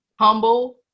Humble